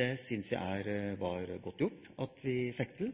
Det syns jeg var godt gjort at vi fikk